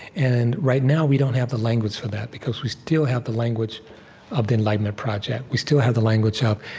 and right now we don't have the language for that, because we still have the language of the enlightenment project. we still have the language of,